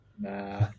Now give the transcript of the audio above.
Nah